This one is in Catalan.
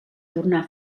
tornar